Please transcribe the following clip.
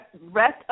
rest